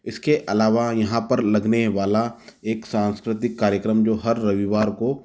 इसके अलावा यहाँ पर लगने वाला एक सांस्कृतिक कार्यक्रम जो हर रविवार को